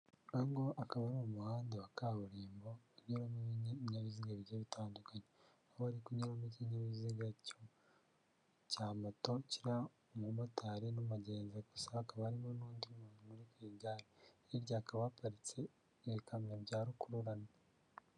Uyu nguyu akaba ari umuhanda wa kaburimbo unyuramo ibinyabiziga bigiye bitandukanye, aho hari kunyuramo ikinyabiziga cya mato kiriho umumotari n'umugenzi gusa, hakaba harimo n'undi muntu uri ku igare, hirya hakaba habaparitse ibikamyo bya rukururana.